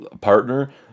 partner